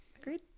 Agreed